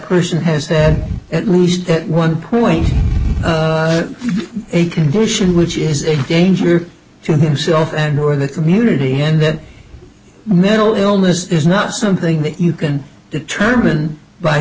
person has that at least at one point a condition which is a danger to himself and or the thing unity and that mental illness is not something that you can determine by